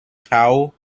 tau